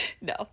No